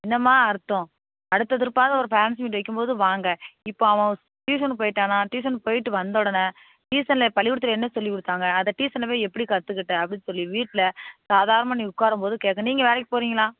என்னம்மா அர்த்தம் அடுத்த திருப்பாது ஒரு ஃபேரண்ட்ஸ் மீட்டிங் வைக்கிம்போது வாங்க இப்போ அவன் டியூஷனு போயிட்டானா டியூஷன் போயிட்டு வந்தவுடனே டியூஷனில் பள்ளிக்கூடத்தில் என்ன சொல்லி கொடுத்தாங்க அதை டியூஷனில் போய் எப்படி கற்றுக்கிட்ட அப்படி சொல்லி வீட்டில் சாதாரணமாக நீ உட்காரம்போது கேட்கணும் நீங்கள் வேலைக்கு போகிறீங்களா